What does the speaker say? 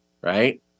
right